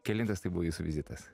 kelintas tai buvo jūsų vizitas